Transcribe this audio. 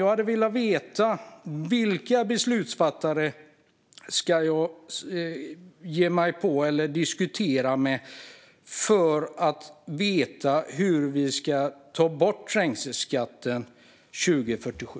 Jag vill veta vilka beslutsfattare jag ska diskutera med för att få bort trängselskatten 2047.